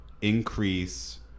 increase